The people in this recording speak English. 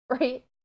Right